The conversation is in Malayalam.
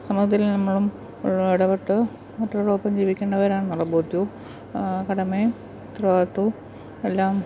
സമൂഹത്തില് നമ്മളും ഇടപെട്ട് മറ്റുള്ളവർക്കും ജീവിക്കേണ്ടവരാണെന്ന് ഉള്ള ബോധ്യവും കടമയും ഉത്തരവാദിത്വവും എല്ലാം